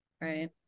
right